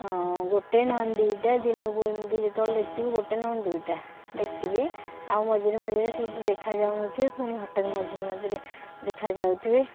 ଆଁ ଗୋଟେ ନ ହେଲେ ଦୁଇଟା ଦିନକୁ ଏମିତି ଯେତେବେଳେ ଦେଖୁଥିବି ଗୋଟେ ନହେଲେ ଦୁଇଟା ଦେଖିଥିବି ଆଉ ମଝିରେ ମଝିରେ ସୁଦୁ ଦେଖାଯାଉନଥିବେ ଫୁଣି ହଟାତ୍ ମଝିରେ ମଝିରେ ଦେଖାଯାଉଥିବେ